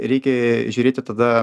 reikia žiūrėti tada